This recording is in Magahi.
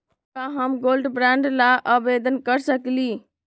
का हम गोल्ड बॉन्ड ल आवेदन कर सकली?